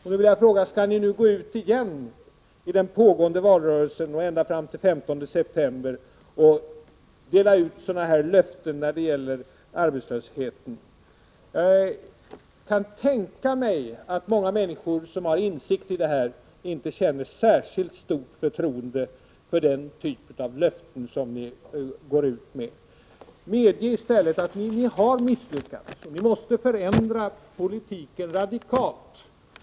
Då vill jag fråga: Skall ni nu gå ut igen, i den pågående valrörelsen och ända fram till den 15 september, och dela ut sådana här löften när det gäller arbetslösheten? Jag kan tänka mig att många människor som har insikt i det här problemet inte känner särskilt stort förtroende för den typ av löften som ni går ut med. Medge i stället att ni har misslyckats! Ni måste förändra politiken radikalt.